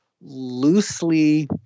loosely